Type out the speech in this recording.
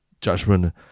judgment